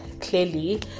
clearly